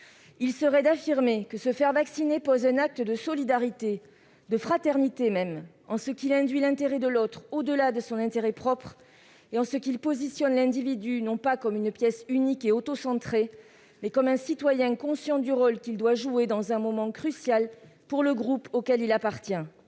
ce serait d'affirmer que se faire vacciner, c'est poser un acte de solidarité et même de fraternité, car c'est placer l'intérêt de l'autre au-delà de son intérêt propre et considérer l'individu, non pas comme une pièce unique et autocentrée, mais comme un citoyen conscient du rôle qu'il doit jouer dans un moment crucial pour le groupe auquel il appartient.